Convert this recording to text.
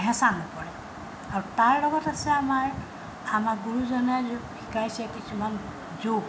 হেঁচা নপৰে আৰু তাৰ লগত আছে আমাৰ আমাৰ গুৰুজনে যো শিকাইছে কিছুমান যোগ